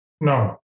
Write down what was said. no